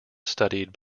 studied